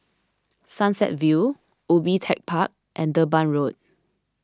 Sunset View Ubi Tech Park and Durban Road